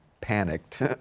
panicked